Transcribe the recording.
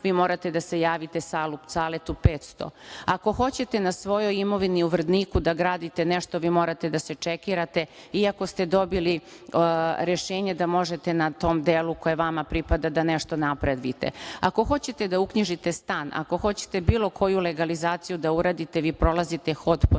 vi morate da se javite Saletu 500. Ako hoćete na svojoj imovini u Vrdniku da gradite nešto, vi morate da se čekirate iako ste dobili rešenje da možete na tom delu koje vama pripada da nešto napravite. Ako hoćete da uknjižite stan, ako hoćete bilo koju legalizaciju da uradite, vi prolazite hod pod